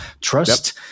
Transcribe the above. trust